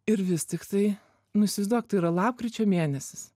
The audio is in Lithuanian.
ir vis tiktai nu įsivaizduok tai yra lapkričio mėnesis